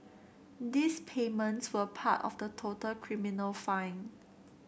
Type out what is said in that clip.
these payments were part of the total criminal fine